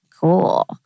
cool